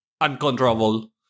uncontrollable